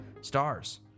stars